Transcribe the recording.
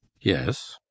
Yes